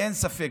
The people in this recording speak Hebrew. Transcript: אין לי ספק,